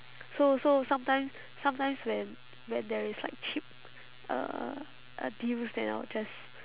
so so sometimes sometimes when when there is like cheap uh uh deals then I'll just